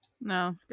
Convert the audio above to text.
No